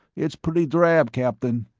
it's pretty drab, captain.